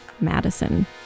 Madison